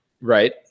right